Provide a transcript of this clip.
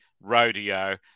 rodeo